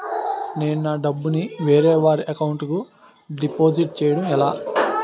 నేను నా డబ్బు ని వేరే వారి అకౌంట్ కు డిపాజిట్చే యడం ఎలా?